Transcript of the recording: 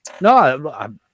No